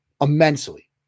immensely